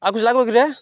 ଆଉ କିଛି ଲାଗିବ କିରେ